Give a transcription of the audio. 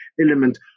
element –